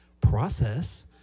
process